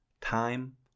Time